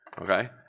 okay